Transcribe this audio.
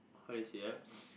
how do you say ah